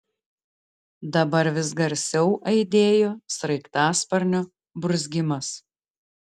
dabar vis garsiau aidėjo sraigtasparnio burzgimas